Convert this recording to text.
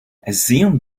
assume